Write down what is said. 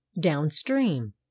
downstream